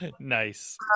Nice